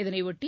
இதனையொட்டி